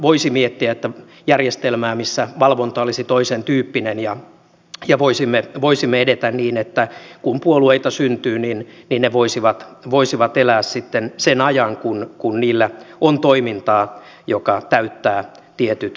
voisi miettiä järjestelmää missä valvonta olisi toisentyyppinen ja voisimme edetä niin että kun puolueita syntyy ne voisivat elää sitten sen ajan kun niillä on toimintaa mikä täyttää tietyt vaatimukset